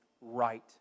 right